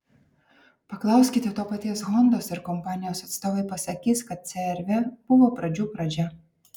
paklauskite to paties hondos ir kompanijos atstovai pasakys kad cr v buvo pradžių pradžia